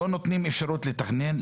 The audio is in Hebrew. אבל לא נותנים לאנשים אפשרות לתכנן,